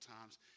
times